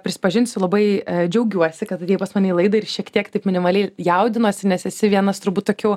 prisipažinsiu labai džiaugiuosi kad atėjai pas mane į laidą ir šiek tiek taip minimaliai jaudinuosi nes esi vienas turbūt tokių